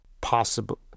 possible